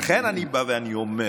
ולכן, אני בא ואומר